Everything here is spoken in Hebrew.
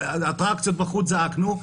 האטרקציות בחוץ זעקנו,